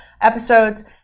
episodes